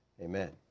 amen